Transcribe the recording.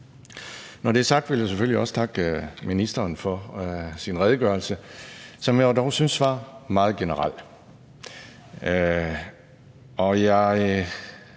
Når det er sagt, vil jeg selvfølgelig også takke ministeren for hans redegørelse, som jeg jo dog syntes var meget generel,